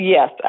Yes